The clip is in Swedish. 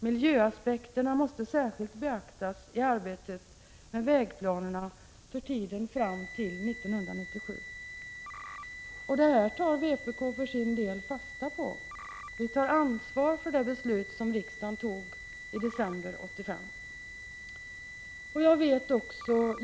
Miljöaspekterna måste särskilt beaktas i arbetet med vägplanerna för tiden fram till år 1997. Detta tar vpk för sin del fasta på. Vi tar ansvar för det beslut som riksdagen fattade i december 1985.